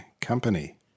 company